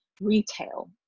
retail